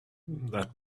that